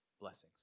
blessings